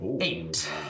Eight